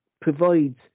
provides